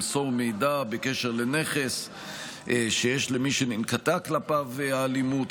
למסור מידע בקשר לנכס שיש למי שננקטה כלפיו האלימות